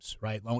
right